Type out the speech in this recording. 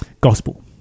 gospel